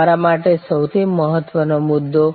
તમારા માટે સૌથી મહત્ત્વનો મુદ્દો